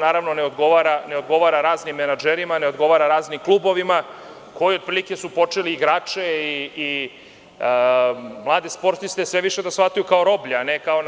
Naravno, to ne odgovara raznim menadžerima, ne odgovara raznim klubovima koji otprilike su počeli igrače i mlade sportiste sve više da shvataju kao roblje, a ne kao